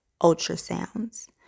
ultrasounds